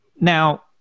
Now